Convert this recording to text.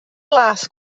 blas